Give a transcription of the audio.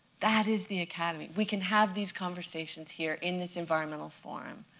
that is the academy. we can have these conversations here in this environmental forum,